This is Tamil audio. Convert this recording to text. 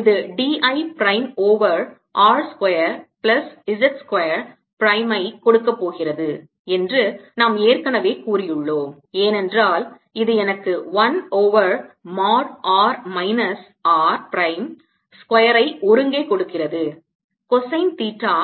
ஆனால் இது d l prime over R square plus z square prime ஐ கொடுக்கப் போகிறது என்று நாம் ஏற்கனவே கூறியுள்ளோம் ஏனென்றால் இது எனக்கு 1 over mod r minus r prime square ஐ ஒருங்கே கொடுக்கிறது cosine தீட்டா